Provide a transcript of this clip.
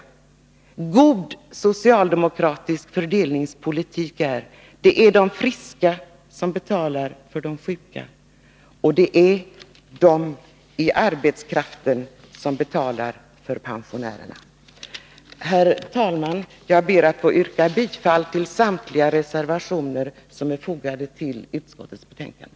En god socialdemokratisk fördelningspolitik går ut på att de friska skall betala för de sjuka liksom att den sysselsatta arbetskraften betalar för pensionärerna. Herr talman! Jag ber att få yrka bifall till samtliga socialdemokratiska reservationer som är fogade vid utskottets betänkande.